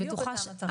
בדיוק אותה המטרה.